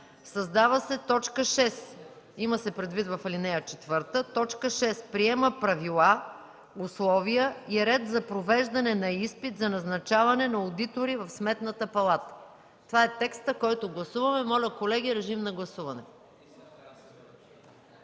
Създава се т. 6 (има се предвид в ал. 4.): „6. Приема правила, условия и ред за провеждане на изпит за назначаване на одитори в Сметната палата.” Това е текстът, който гласуваме. Моля, гласувайте.